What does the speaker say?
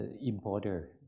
importer